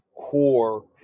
core